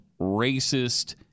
racist